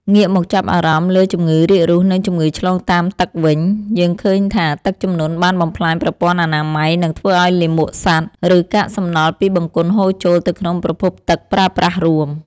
ងាកមកចាប់អារម្មណ៍លើជំងឺរាករូស និងជំងឺឆ្លងតាមទឹកវិញ យើងឃើញថាទឹកជំនន់បានបំផ្លាញប្រព័ន្ធអនាម័យ និងធ្វើឱ្យលាមកសត្វ ឬកាកសំណល់ពីបង្គន់ហូរចូលទៅក្នុងប្រភពទឹកប្រើប្រាស់រួម។